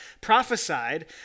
prophesied